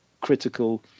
critical